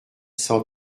cent